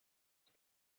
ist